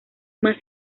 más